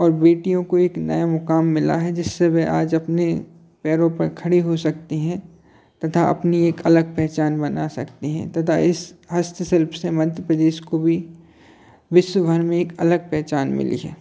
और बेटियों को एक नया मुक़ाम मिला है जिससे वे आज अपने पैरों पर खड़ी हो सकती हैं तथा अपनी एक अलग पहचान बना सकती हैं तथा इस हस्तशिल्प से मध्य प्रदेश को भी विश्वभर में एक अलग पहचान मिली है